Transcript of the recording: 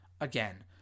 Again